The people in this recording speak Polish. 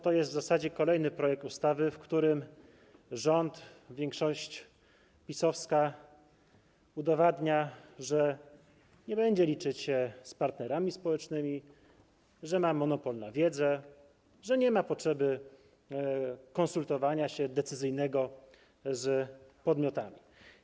To jest w zasadzie kolejny projekt ustawy, w którym rząd, większość PiS-owska udowadnia, że nie będzie liczyć się z partnerami społecznymi, że ma monopol na wiedzę, że nie ma potrzeby decyzyjnego konsultowania się z podmiotami.